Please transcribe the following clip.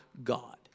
God